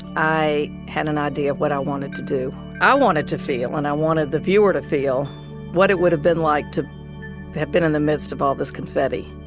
i had an idea of what i wanted to do i wanted to feel and i wanted the viewer to feel what it would have been like to have been in the midst of all this confetti